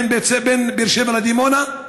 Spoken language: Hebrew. בין באר שבע לדימונה?